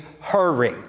hurry